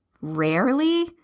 rarely